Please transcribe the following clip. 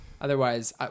Otherwise